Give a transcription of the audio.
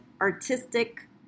artistic